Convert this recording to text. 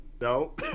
No